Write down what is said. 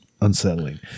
unsettling